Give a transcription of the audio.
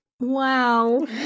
Wow